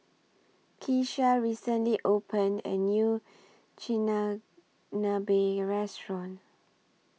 Keesha recently opened A New Restaurant